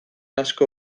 asko